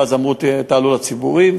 ואז אמרו: תעלו לציבורית.